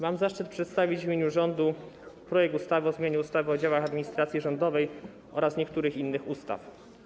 Mam zaszczyt przedstawić w imieniu rządu projekt ustawy o zmianie ustawy o działach administracji rządowej oraz niektórych innych ustaw.